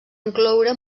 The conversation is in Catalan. incloure